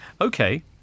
Okay